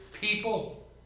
people